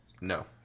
No